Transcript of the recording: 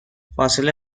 فاصله